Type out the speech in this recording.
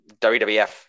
WWF